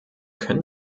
können